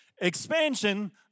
Expansion